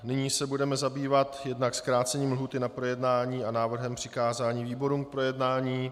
Nyní se budeme zabývat jednak zkrácením lhůty na projednání a návrhem přikázání výborům k projednání.